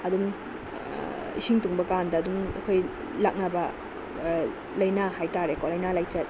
ꯑꯗꯨꯝ ꯏꯁꯤꯡ ꯇꯨꯡꯕ ꯀꯥꯟꯗ ꯑꯗꯨꯝ ꯑꯩꯈꯣꯏ ꯂꯥꯛꯅꯕ ꯂꯥꯏꯅꯥ ꯍꯥꯏꯇꯥꯔꯦꯀꯣ ꯂꯥꯏꯅꯥ ꯂꯥꯏꯆꯠ